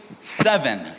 seven